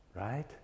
right